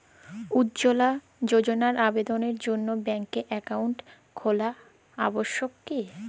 উজ্জ্বলা যোজনার আবেদনের জন্য ব্যাঙ্কে অ্যাকাউন্ট খোলা আবশ্যক কি?